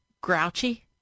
grouchy